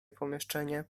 pomieszczenie